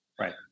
Right